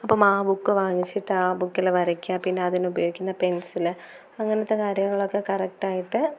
അപ്പം ആ ബുക്ക് വാങ്ങിച്ചിട്ട് ആ ബുക്കിൽ വരയ്ക്കാൻ പിന്നെ അതിന് ഉപയോഗിക്കുന്ന പെൻസില് അങ്ങനത്തെ കാര്യങ്ങളൊക്കെ കറക്റ്റ് ആയിട്ട്